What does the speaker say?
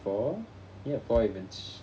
for the appointments